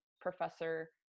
professor